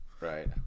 right